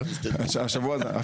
ותפתח האתון את פיה.